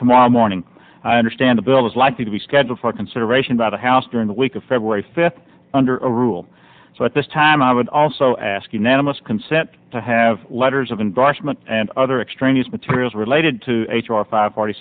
tomorrow morning i understand a bill is likely to be scheduled for consideration by the house during the week of february fifth under a rule so at this time i would also ask unanimous consent to have letters of unbrushed money and other extraneous materials related to h r five forty